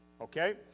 Okay